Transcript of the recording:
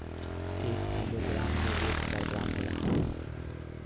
एक kilogram में एक हजार ग्राम होला